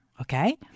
Okay